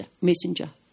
messenger